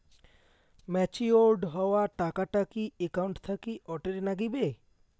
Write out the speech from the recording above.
Matured হওয়া টাকাটা কি একাউন্ট থাকি অটের নাগিবে?